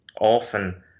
often